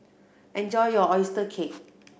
enjoy your oyster cake